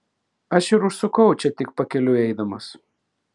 aš ir užsukau čia tik pakeliui eidamas